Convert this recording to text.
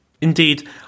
Indeed